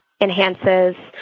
enhances